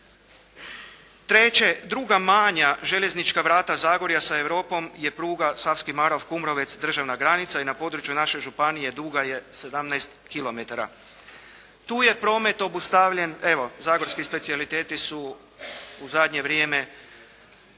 Treće, druga manja željeznička vrata Zagorja sa Europom je pruga Savski Marof-Kumrovec-državna granica i na području naše županije duga je 17 kilometara. To je promet obustavljen. Evo, zagorski specijaliteti su u zadnje vrijeme,